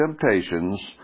temptations